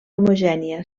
homogènia